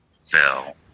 fell